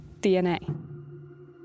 DNA